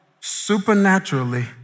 supernaturally